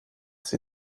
sie